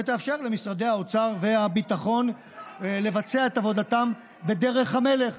ותאפשר למשרדי האוצר והביטחון לבצע את עבודתם בדרך המלך.